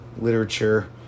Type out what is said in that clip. literature